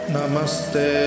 Namaste